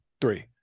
three